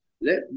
let